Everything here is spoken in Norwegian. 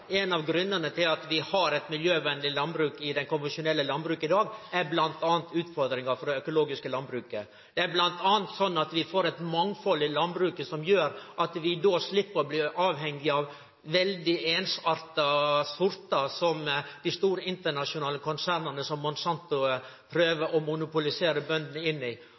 Ein av grunnane til at vi har eit miljøvennleg landbruk i det konvensjonelle landbruket i dag, er bl.a. utfordringa frå det økologiske landbruket. Det er bl.a. sånn at vi får eit mangfald i landbruket som gjer at vi då slepp å bli avhengige av veldig einsarta sortar som dei store internasjonale konserna, som Monsanto, prøver å monopolisere bøndene inn i.